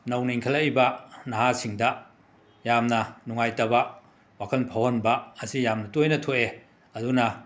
ꯅꯧꯅ ꯏꯪꯈꯠꯂꯛꯏꯕ ꯅꯍꯥꯁꯤꯡꯗ ꯌꯥꯝꯅ ꯅꯨꯡꯉꯥꯏꯇꯕ ꯋꯥꯈꯟ ꯐꯥꯎꯍꯟꯕ ꯑꯁꯤ ꯌꯥꯝꯅ ꯇꯣꯏꯅ ꯊꯣꯛꯑꯦ ꯑꯗꯨꯅ